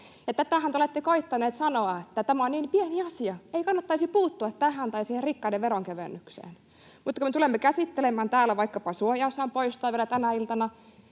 Tätähän te olette koettaneet sanoa, että tämä on niin pieni asia, ettei kannattaisi puuttua tähän tai siihen rikkaiden veronkevennykseen. Kun me tulemme käsittelemään täällä vaikkapa suojaosan poistoa vielä tänä iltana,